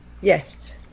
Yes